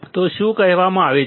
તો શું કહેવામાં આવે છે